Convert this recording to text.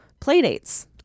playdates